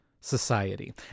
society